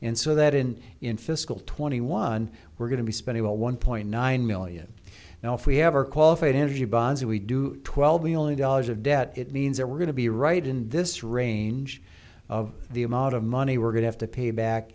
and so that in in fiscal twenty one we're going to be spending one point nine million now if we have our qualified energy bonds we do twelve million dollars of debt it means that we're going to be right in this range of the amount of money we're going to have to pay back